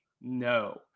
no